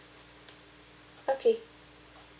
okay